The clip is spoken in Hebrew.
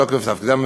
מתוקף תפקידם,